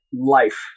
life